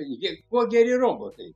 jai kuo geri robotai